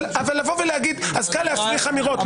אבל לבוא להגיד אז קל להפריח אמירות,